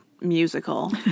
musical